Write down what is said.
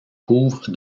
couvre